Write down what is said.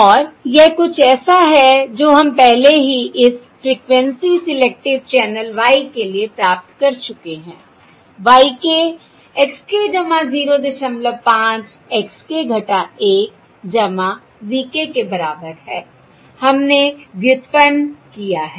और यह कुछ ऐसा है जो हम पहले ही इस फ्रिकवेंसी सिलेक्टिव चैनल Y के लिए प्राप्त कर चुके हैं y k x k 05 x k 1 v k के बराबर है हमने व्युत्पन्न किया है